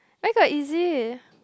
where got easy